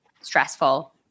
stressful